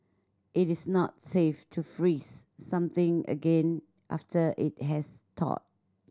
it is not safe to freeze something again after it has thawed